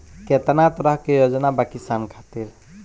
केतना तरह के योजना बा किसान खातिर?